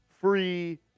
free